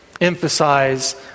emphasize